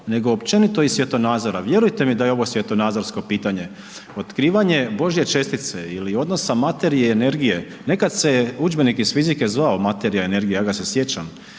nego općenito i svjetonazora. Vjerujte mi da je ovo svjetonazorsko pitanje otkrivanje Božje čestice ili odnosa materije i energije, nekad se je udžbenik iz fizike zvao Materija i energija, ja ga se sjećam